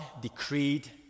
decreed